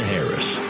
Harris